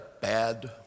bad